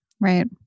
Right